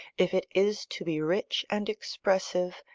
if it is to be rich and expressive,